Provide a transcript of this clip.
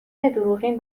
دروغین